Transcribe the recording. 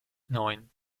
neun